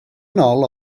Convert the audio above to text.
nôl